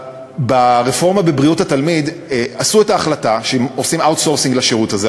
ברפורמה בבריאות התלמיד קיבלו את ההחלטה שעושים outsourcing לשירות הזה.